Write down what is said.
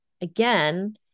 again